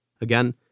Again